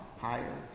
higher